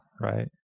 right